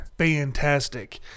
Fantastic